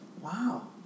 Wow